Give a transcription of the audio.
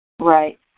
Right